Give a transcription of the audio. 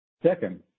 Second